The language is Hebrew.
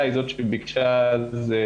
אני מבין שזה משהו שצף עכשיו בדיון.